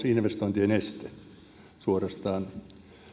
investointien este